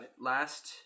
last